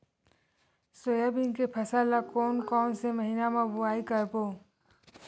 Soybean के फसल ल कोन कौन से महीना म बोआई करबो?